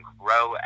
grow